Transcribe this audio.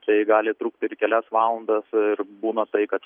tai gali trukti ir kelias valandas ir būna tai kad